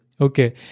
Okay